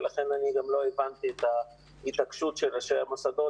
ולכן אני גם לא הבנתי את ההתעקשות של ראשי המוסדות